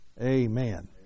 Amen